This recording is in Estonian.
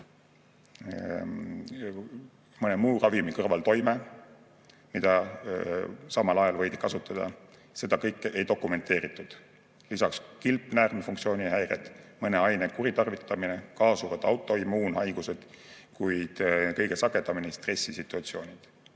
mõne muu ravimi kõrvaltoime, mida samal ajal võidi kasutada. Seda kõike ei dokumenteeritud. Lisaks kilpnäärmefunktsiooni häired, mõne aine kuritarvitamine, kaasuvad autoimmuunhaigused, kuid kõige sagedamini stressisituatsioonid.